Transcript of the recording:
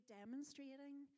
demonstrating